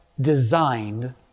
designed